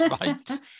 Right